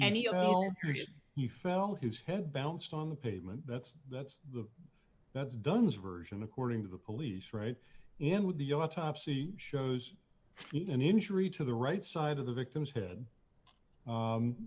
of you fell his head bounced on the pavement that's that's the that's dunn's version according to the police right in with the autopsy shows an injury to the right side of the victim's head